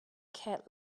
cat